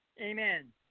Amen